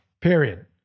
period